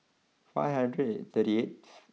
five hundred and thirty eighth